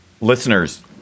Listeners